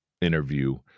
interview